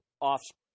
offspring